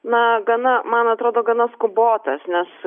na gana man atrodo gana skubotas nes